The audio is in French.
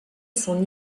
son